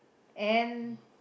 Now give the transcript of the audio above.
and